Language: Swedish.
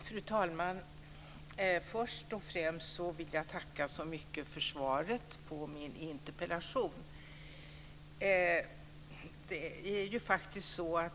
Fru talman! Först och främst vill jag tacka så mycket för svaret på min interpellation.